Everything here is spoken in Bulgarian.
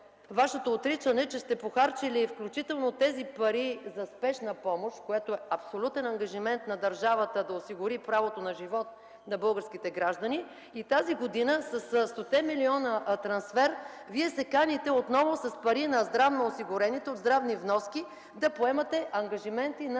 Вашето отричане, че сте похарчили тези пари изключително за спешна помощ, което е абсолютен ангажимент на държавата – да осигури правото на живот на българските граждани, и тази година със 100-те милиона трансфер Вие отново се каните с пари на здравноосигурените, от здравни вноски да поемате ангажименти на Вашето